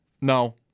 No